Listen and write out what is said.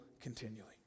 Continually